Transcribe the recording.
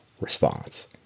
response